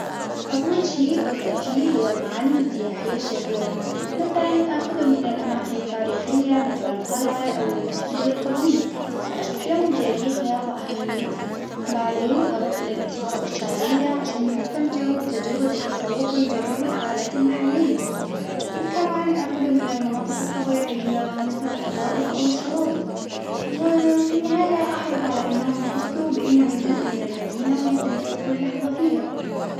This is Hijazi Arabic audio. أول شيء ببدأ فيه هو المعالم السياحية الشهيرة، مثلا أخذهم الى الأماكن التاريخية مثل القلعة أو المسجد القديم، وأشرح لهم تاريخها وأهميتها، بعدين أروح إلى الأسواق الشعبية عشان يستمتعوا بتجربة التفوق ويجربوا الأكلات المحلية، وكمان أخذهم إلى المناطق الطبيعية مثل الحدائق أو الشواطئ، وفي النهاية أحرص على أنهم يحسوا بأنهم جزء من المدينة ويستمتعوا بكل لحظة فيها.